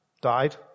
died